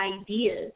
ideas